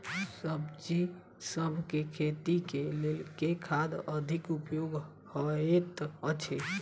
सब्जीसभ केँ खेती केँ लेल केँ खाद अधिक उपयोगी हएत अछि?